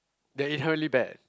they inherently bad